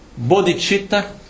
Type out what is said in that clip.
bodhicitta